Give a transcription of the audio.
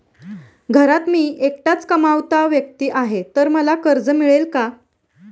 घरात मी एकटाच कमावता व्यक्ती आहे तर मला कर्ज मिळेल का?